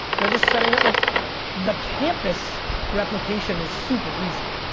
they're just setting up, like the campus replication is super easy,